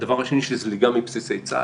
הדבר השני, של זליגה מבסיסי צה"ל.